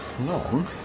long